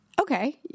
okay